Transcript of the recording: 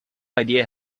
idea